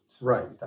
Right